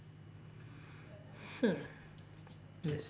!huh!